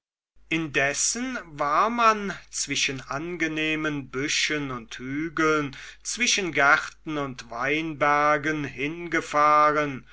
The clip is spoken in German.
indessen war man zwischen angenehmen büschen und hügeln zwischen gärten und weinbergen hingefahren